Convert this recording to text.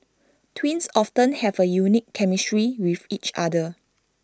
twins often have A unique chemistry with each other